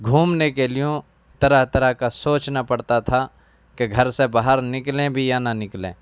گھومنے کے لیے طرح طرح کا سوچنا پڑتا تھا کہ گھر سے باہر نکلیں بھی یا نہ نکلیں